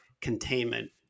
containment